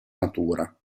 natura